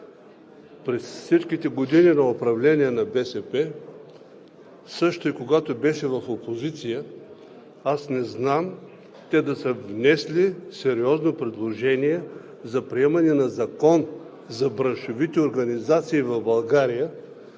през всичките години на управление на БСП, също и когато беше в опозиция, аз не знам те да са внесли сериозно предложение за приемане на закон за браншовите организации в България.